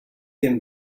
can